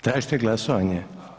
Tražite glasovanje?